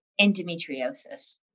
endometriosis